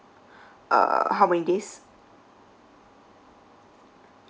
uh how many days